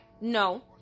No